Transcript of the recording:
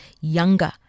younger